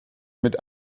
mit